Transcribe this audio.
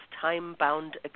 time-bound